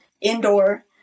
indoor